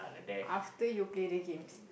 after you play the game